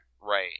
Right